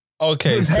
Okay